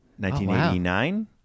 1989